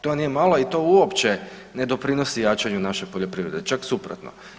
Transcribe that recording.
To nije malo i to uopće ne doprinosi jačanju naše poljoprivrede, čak suprotno.